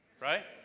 right